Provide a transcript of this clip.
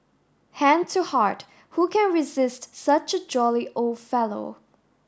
hand to heart who can resist such a jolly old fellow